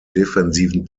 defensiven